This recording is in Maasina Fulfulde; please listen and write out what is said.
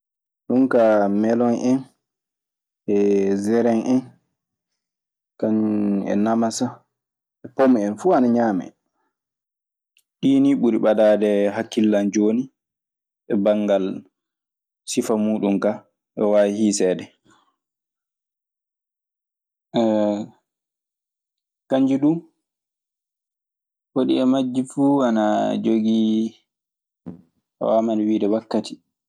Ɗum kaa melon en ,e jeren en, kañum namasa e pom en fuu ana ñaamee. Ɗii nii ɓuri ɓadaade e hakkille an jooni e banngal sifa muuɗun kaa ɗo waawi hiiseede. Kanji duu, hoɗi e majji fuu anaa jogii, a waamana wiide wakkati.